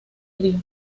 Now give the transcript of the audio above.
río